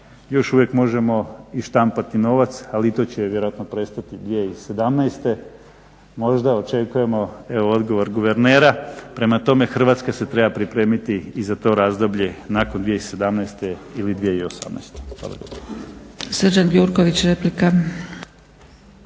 Još uvijek možemo i štampati novac ali i to će vjerojatno prestati 2017. možda očekujemo evo odgovor guvernera, prema tome Hrvatska se treba pripremiti i za to razdoblje nakon 2017.ili 2018.